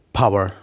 power